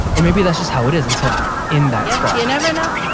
or maybe that's just how it is until i'm in that spot. d never know